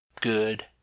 Good